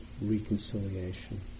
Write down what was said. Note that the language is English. reconciliation